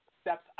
steps